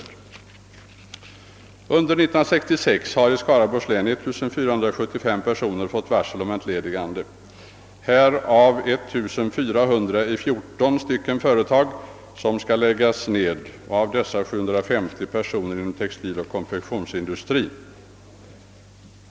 Under 1966 har i Skaraborgs län 1 475 personer fått varsel om entledigande. 1400 av dem arbetar i 14 företag som skall läggas ned. 750 av dessa tillhör textiloch konfektionsindustrien.